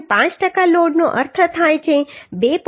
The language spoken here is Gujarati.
5 ટકા લોડનો અર્થ થાય છે 2